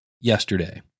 yesterday